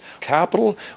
capital